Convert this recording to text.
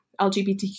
LGBTQ